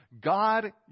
God